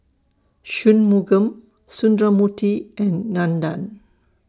Shunmugam Sundramoorthy and Nandan